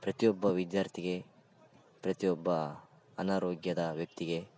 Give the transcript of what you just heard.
ಪ್ರತಿಯೊಬ್ಬ ವಿದ್ಯಾರ್ಥಿಗೆ ಪ್ರತಿಯೊಬ್ಬ ಅನಾರೋಗ್ಯದ ವ್ಯಕ್ತಿಗೆ